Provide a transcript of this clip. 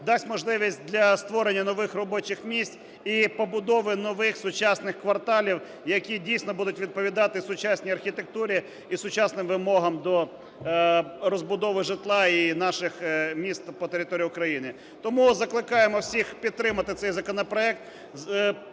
дасть можливість для створення нових робочих місць і побудови нових сучасних кварталів, які дійсно будуть відповідати сучасній архітектурі і сучасним вимогам до розбудови житла і наших міст по території України. Тому закликаємо всіх підтримати цей законопроект,